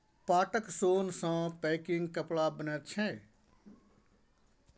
पाटक सोन सँ पैकिंग कपड़ा बनैत छै